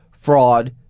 fraud